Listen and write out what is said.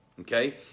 okay